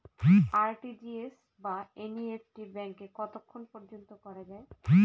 RTGS বা NEFT ব্যাংকে কতক্ষণ পর্যন্ত করা যায়?